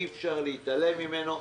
אי אפשר להתעלם ממנו,